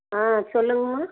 ஆ சொல்லுங்கம்மா